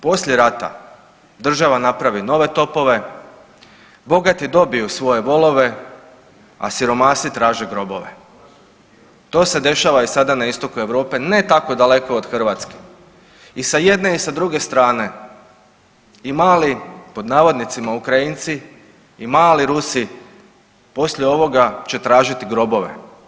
Poslije rata država napravi nove topove, bogati dobiju svoje volove, a siromasi traže grobove“, to se dešava i sada na Istoku Europe, ne tako daleko od Hrvatske i sa jedne i sa druge strane i mali pod navodnicima Ukrajinici i mali Rusi poslije ovoga će tražiti grobove.